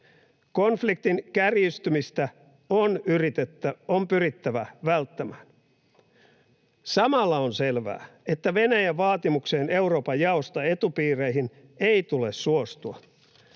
Konfliktin kärjistymistä on pyrittävä välttämään. Samalla on selvää, että Venäjän vaatimukseen Euroopan jaosta etupiireihin ei tule suostua.